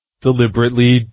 deliberately